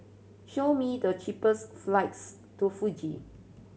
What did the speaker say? show me the cheapest flights to Fiji